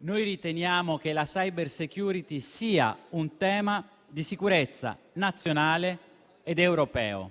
riteniamo che la *cybersecurity* sia un tema di sicurezza nazionale ed europeo.